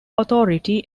authority